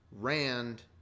Rand